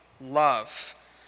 love